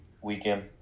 weekend